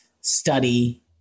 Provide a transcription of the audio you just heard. study